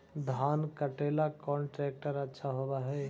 धान कटे ला कौन ट्रैक्टर अच्छा होबा है?